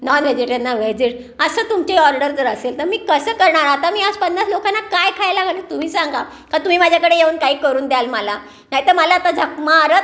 non व्हेजेट आणि व्हेजेड असं तुमची ऑर्डर जर असेल तर मी कसं करणार आता मी आज पन्नास लोकांना काय खायला घालू तुम्ही सांगा का तुम्ही माझ्याकडे येऊन काही करून द्याल मला नाही तर मला आता झक मारत